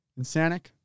Insanic